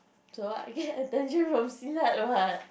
so I get attention from Silat what